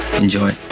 Enjoy